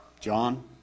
John